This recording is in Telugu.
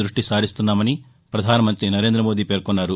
దృష్టిసారిస్తున్నామని పధాన మంత్రి నరేంద మోదీ పేర్కొన్నారు